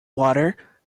water